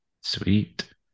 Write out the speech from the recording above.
sweet